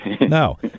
no